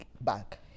back